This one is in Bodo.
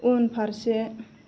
उनफारसे